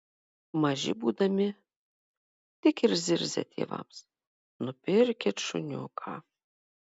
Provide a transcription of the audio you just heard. maži būdami tik ir zirzia tėvams nupirkit šuniuką